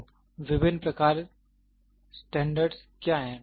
तो विभिन्न प्रकार के स्टैंडर्ड क्या हैं